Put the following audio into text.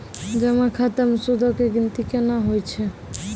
जमा खाता मे सूदो के गिनती केना होय छै?